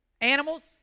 Animals